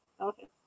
okay